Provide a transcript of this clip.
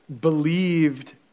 believed